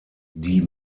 die